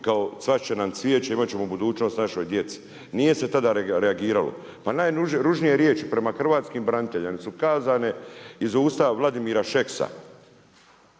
kao cvasti će nam cvijeće, imati ćemo budućnost našoj djeci. Nije se tada reagiralo. Pa najružnije riječi prema hrvatskim braniteljima su kazane iz usta Vladimira Šeksa,